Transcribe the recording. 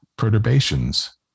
perturbations